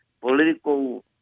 political